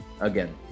again